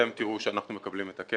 אתם תראו שאנחנו מקבלים את הכסף.